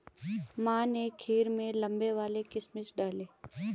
माँ ने खीर में लंबे वाले किशमिश डाले